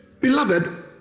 Beloved